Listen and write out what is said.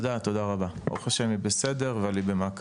תודה רבה, ברוך השם היא בסדר אבל היא במעקב.